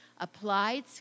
applied